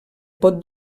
pot